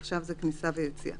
עכשיו אנחנו מדברים על כניסה ויציאה: